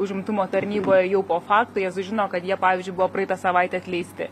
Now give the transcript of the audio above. užimtumo tarnyboje jau po fakto jie sužino kad jie pavyzdžiui buvo praeitą savaitę atleisti